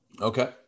okay